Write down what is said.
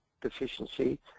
deficiency